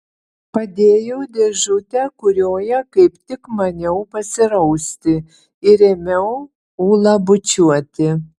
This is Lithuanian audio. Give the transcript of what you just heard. padėjau dėžutę kurioje kaip tik maniau pasirausti ir ėmiau ulą bučiuoti